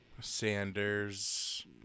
Sanders